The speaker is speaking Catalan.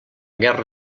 guerra